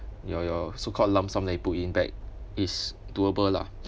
your your so called lump sum then you put in back is doable lah